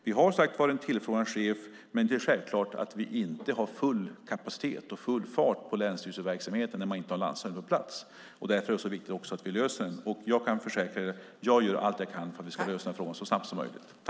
Vi har som sagt en tillförordnad chef, men det är självklart att vi inte har full kapacitet och full fart på länsstyrelseverksamheten när vi inte har en landshövding på plats. Därför är det så viktigt att vi löser detta. Jag kan försäkra er om att jag gör allt jag kan för att vi ska lösa den här frågan så snabbt som möjligt.